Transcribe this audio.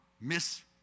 Miss